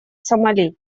сомали